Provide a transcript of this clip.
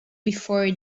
before